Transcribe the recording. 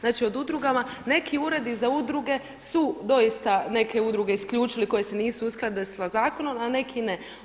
Znači o udrugama, neki uredi za udruge su doista neke udruge isključili koje se nisu uskladile sa zakonom, a neki ne.